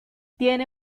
tiene